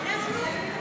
באמת,